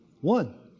One